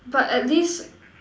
but at least